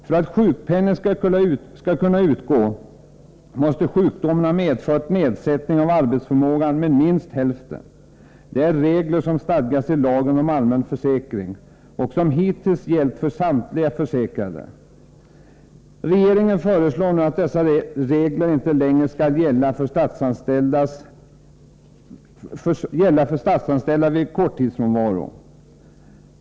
För att sjukpenning skall utgå måste sjukdomen ha medfört nedsättning av arbetsförmågan med minst hälften. Detta är de regler som stadgas i lagen om allmän försäkring och som hittills gällt för samtliga sjukförsäkrade. Regeringen föreslår nu att dessa regler inte längre skall gälla för statsanställda vid korttidsfrånvaro.